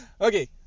Okay